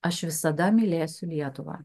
aš visada mylėsiu lietuvą